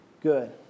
good